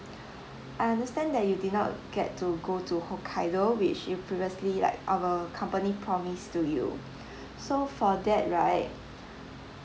I understand that you did not get to go to hokkaido which you previously like our company promised to you so for that right